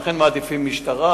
לכן מעדיפים משטרה,